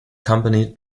company